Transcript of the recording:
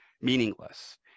meaningless